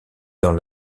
dans